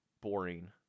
boring